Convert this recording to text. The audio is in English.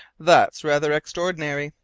that's rather extraordinary,